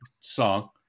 song